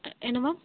என்ன மேம்